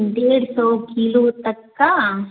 डेढ़ सौ कीलो तक का